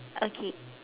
okay